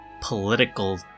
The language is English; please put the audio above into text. Political